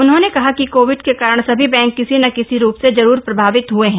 उन्होंने कहा कि कोविड के कारण सभी बैंक किसी न किसी रूप मे जरूर प्रभावित हए हैं